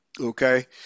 Okay